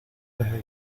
desde